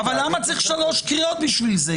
אבל למה צריך שלוש קריאות בשביל זה?